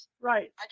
Right